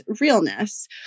realness